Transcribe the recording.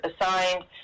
assigned